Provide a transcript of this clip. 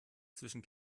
zwischen